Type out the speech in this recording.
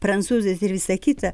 prancūzais ir visa kita